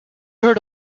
heard